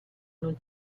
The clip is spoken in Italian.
non